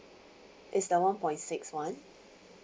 it's the one point six one